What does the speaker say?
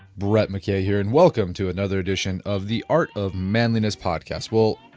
brett mckay here and welcome to another edition of the art of manliness podcast. well,